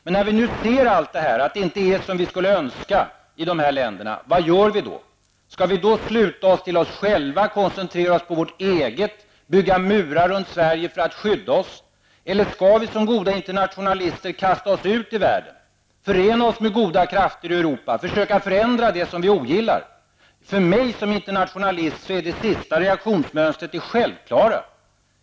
Men när vi nu ser allt detta och att det inte är som vi skulle önska i dessa länder -- vad gör vi då? Skall vi sluta oss i oss själva, koncentrera oss på vårt eget, bygga murar runt Sverige för att skydda oss? Eller skall vi som goda internationalister kasta oss ut i världen, förena oss med goda krafter i Europa och försöka förändra det vi ogillar? För mig som internationalist är det sista reaktionsmönstret det självklara.